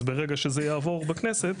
אז ברגע שזה יעבור בכנסת,